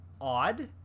odd